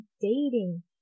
dating